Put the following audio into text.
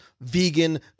vegan